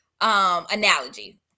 analogy